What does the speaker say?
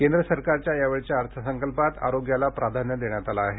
केंद्र सरकारच्या यावेळच्या अंदाजपत्रकात आरोग्याला प्राधान्य देण्यात आलं आहे